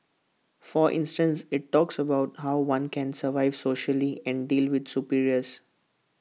for instance IT talks about how one can survive socially and deal with superiors